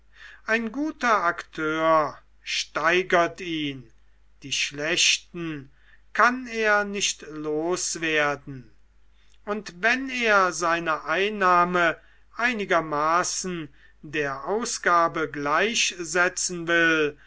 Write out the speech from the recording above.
ein guter akteur steigert ihn die schlechten kann er nicht loswerden und wenn er seine einnahme einigermaßen der ausgabe gleichsetzen will